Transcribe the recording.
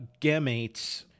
gametes